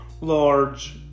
large